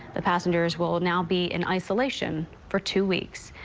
the passengers will now be in isolation for two weeks.